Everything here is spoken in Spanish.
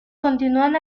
continúan